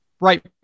right